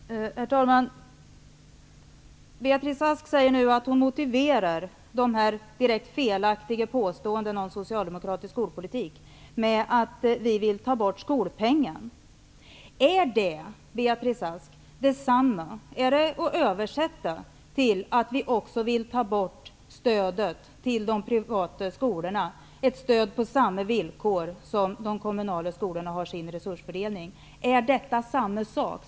Herr talman! Beatrice Ask säger nu att hon motiverar dessa direkt felaktiga påståenden om socialdemokratisk skolpolitik med att vi vill ta bort skolpengen. Är det, Beatrice Ask, detsamma som att vi vill ta bort stödet till de privata skolorna, ett stöd på samma villkor som resursfördelningen till de kommunala skolorna? Är det samma sak?